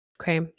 Okay